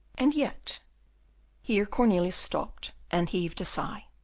and yet here cornelius stopped and heaved a sigh.